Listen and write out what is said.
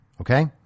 Okay